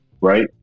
Right